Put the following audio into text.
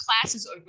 classes